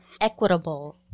equitable